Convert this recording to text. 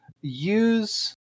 use